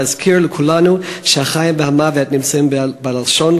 להזכיר לכולנו שהחיים והמוות ביד הלשון,